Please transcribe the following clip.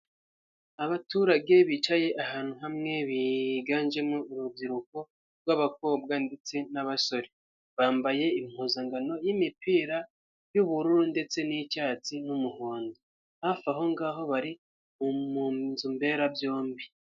Abaturage bicaye ahantu hamwe biganjemo urubyiruko rw'abakobwa ndetse n'abasore, bambaye impuzankano y'imipira y'ubururu ndetse n'icyatsi n'umuhondo, hafi aho ngaho bari mu nzu mbera byombi.